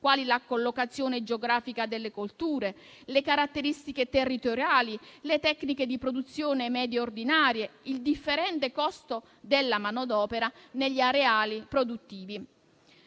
quali la collocazione geografica delle colture, le caratteristiche territoriali, le tecniche di produzione medio-ordinarie, il differente costo della manodopera negli areali produttivi.